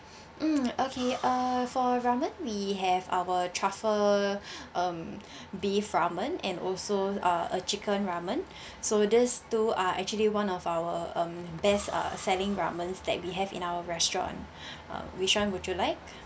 mm okay uh for ramen we have our truffle um beef ramen and also uh a chicken ramen so these two are actually one of our um best uh selling ramens that we have in our restaurant uh which one would you like